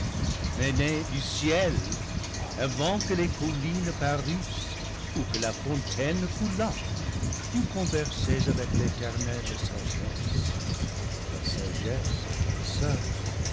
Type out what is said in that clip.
mais née du ciel avant que les collines parussent ou que la fontaine coulât tu conversais avec l'éternelle sagesse la sagesse